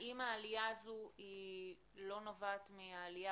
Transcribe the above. האם העלייה הזאת לא נובעת מהעלייה